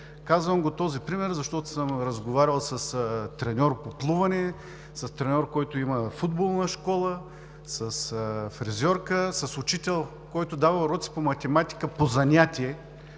Казвам този пример, защото съм разговарял с треньор по плуване; с треньор, който има футболна школа; с фризьорка; с учител, който дава уроци по математика по занятия